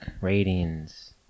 Ratings